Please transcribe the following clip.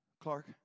Clark